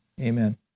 amen